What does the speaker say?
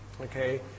okay